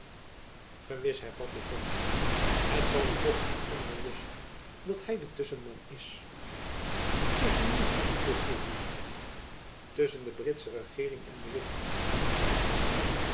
gewis hervatte thomson het zal u toch niet onbewust zijn dat hy de tusschenman is tusschen wie vroeg gourville tusschen de britsche regeering en de witt antwoordde thomson